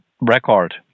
record